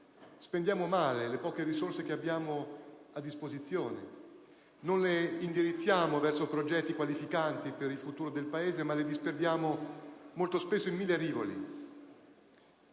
Spendiamo male le poche risorse che abbiamo a disposizione, non le indirizziamo verso progetti qualificanti per il futuro del Paese, ma le disperdiamo molto spesso in mille rivoli.